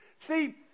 See